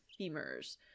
femurs